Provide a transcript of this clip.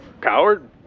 Coward